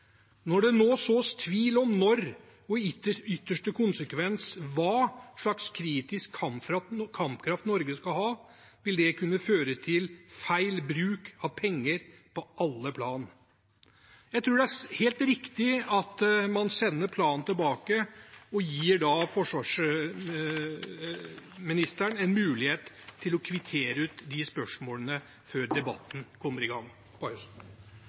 Når det nå sås tvil om når og i ytterste konsekvens hva slags kritisk kampkraft Norge skal ha, vil det kunne føre til feil bruk av penger på alle plan. Jeg tror det er helt riktig at man sender planen tilbake og gir forsvarsministeren en mulighet til å kvittere ut de spørsmålene før debatten kommer i gang på